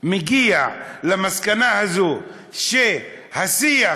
מגיע למסקנה הזאת שהשיח,